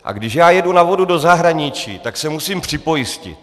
A když jedu na vodu do zahraničí, tak se musím připojistit.